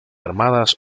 armadas